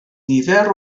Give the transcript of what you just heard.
nifer